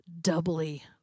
doubly